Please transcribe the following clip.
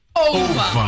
over